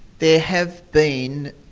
there have been